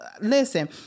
Listen